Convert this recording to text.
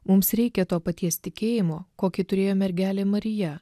mums reikia to paties tikėjimo kokį turėjo mergelė marija